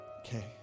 Okay